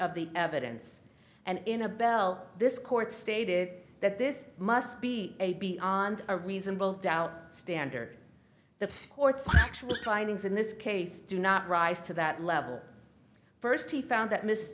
of the evidence and in a bell this court stated that this must be a beyond a reasonable doubt standard the court's actual findings in this case do not rise to that level first he found that m